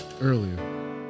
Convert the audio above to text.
Earlier